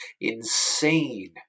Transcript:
insane